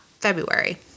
February